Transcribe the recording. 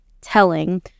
telling